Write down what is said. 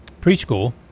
preschool